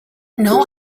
know